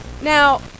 Now